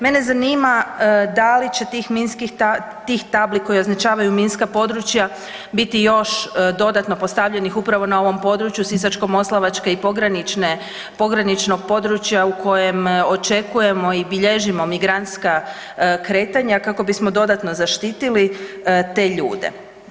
Mene zanima da li će tih tabli koje označavaju minska područja biti još dodatno postavljenih upravo na ovom području Sisačko-moslavačke i pograničnog područja u kojem očekujemo i bilježimo migrantska kretanja kako bismo dodatno zaštitili te ljude?